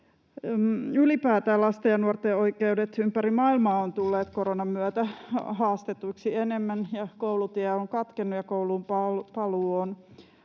Ylipäätään lasten ja nuorten oikeudet ympäri maailmaa ovat tulleet koronan myötä haastetuiksi enemmän, ja koulutie on katkennut, ja kouluunpaluu on